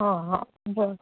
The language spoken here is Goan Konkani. आं हां बरें